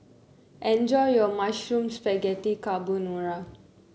enjoy your Mushroom Spaghetti Carbonara